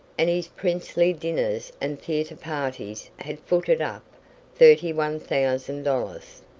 and his princely dinners and theater parties had footed up thirty one thousand dollars.